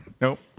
Nope